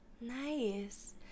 Nice